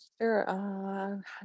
Sure